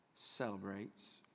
celebrates